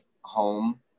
home